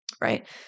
Right